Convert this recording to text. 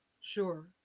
Sure